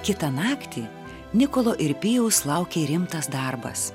kitą naktį nikolo ir pijaus laukė rimtas darbas